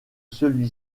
celui